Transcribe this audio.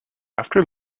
after